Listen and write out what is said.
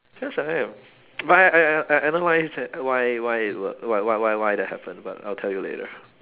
yes I am but I I I I I know why that why why it worked why why why why that happened but I'll tell you later